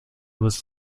was